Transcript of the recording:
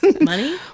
Money